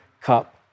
cup